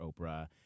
Oprah